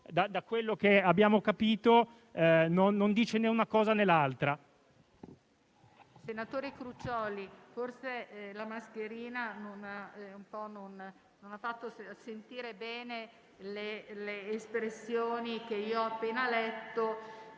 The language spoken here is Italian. Senatore Crucioli, forse la mascherina non ha fatto sentire bene le espressioni che ho appena letto,